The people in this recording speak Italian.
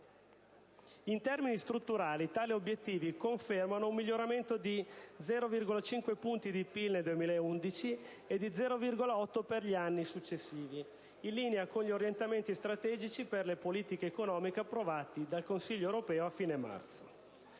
In termini strutturali, tali obiettivi confermano un miglioramento di 0,5 punti di PIL nel 2011 e di 0,8 punti per gli anni successivi, in linea con gli orientamenti strategici per le politiche economiche approvati dal Consiglio europeo a fine marzo.